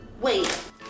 Wait